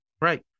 right